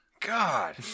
God